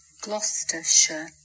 Gloucestershire